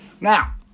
Now